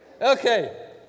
Okay